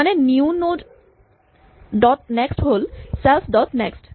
মানে new node dot next হ'ল self dot next